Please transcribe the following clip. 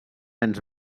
ens